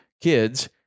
kids